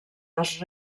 les